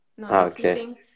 Okay